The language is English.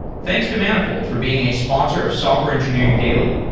thanks to manifold for being a sponsor of software engineering daily,